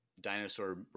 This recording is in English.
dinosaur